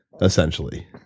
essentially